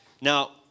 Now